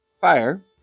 fire